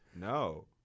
No